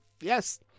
yes